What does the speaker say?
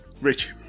Rich